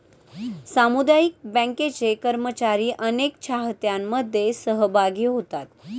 सामुदायिक बँकांचे कर्मचारी अनेक चाहत्यांमध्ये सहभागी होतात